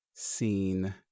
seen